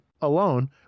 alone